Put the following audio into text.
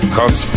Cause